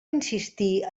insistir